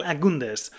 Agundes